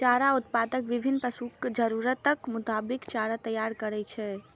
चारा उत्पादक विभिन्न पशुक जरूरतक मोताबिक चारा तैयार करै छै